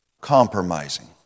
compromising